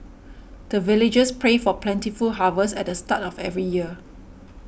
the villagers pray for plentiful harvest at the start of every year